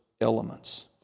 elements